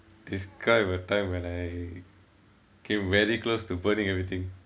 describe a time when I came very close to burning everything